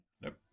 Nope